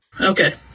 Okay